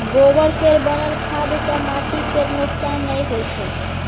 गोबर केर बनल खाद सँ माटि केर नोक्सान नहि होइ छै